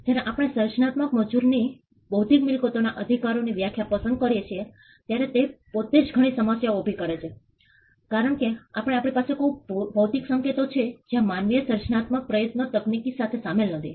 જયારે આપણે સર્જનાત્મક મજુરની બૌદ્ધિક મિલકતોના અધિકારો ની વ્યાખ્યા પસંદ કરીએ છીએ ત્યારે તે પોતે જ ઘણી સમસ્યાઓ ઉભી કરે છે કારણ કે આજે આપણી પાસે કંઈક ભૌગોલિક સંકેતો છે જ્યાં માનવીય સર્જનાત્મક પ્રયત્નો તકનીકી રીતે સામેલ નથી